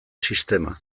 sistema